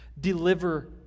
deliver